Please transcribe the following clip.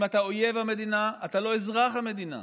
אם אתה אויב המדינה, אתה לא אזרח המדינה.